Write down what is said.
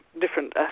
different